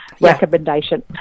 recommendation